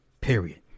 Period